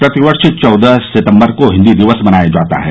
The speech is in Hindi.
प्रति वर्ष चौदह सितंबर को हिन्दी दिवस मनाया जाता है